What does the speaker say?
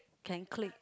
can click